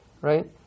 right